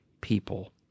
people